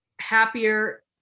happier